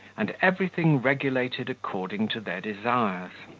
and everything regulated according to their desires.